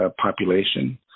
population